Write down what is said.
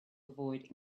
avoid